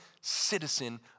citizen